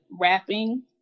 wrapping